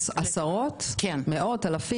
עשרות, מאות, אלפים?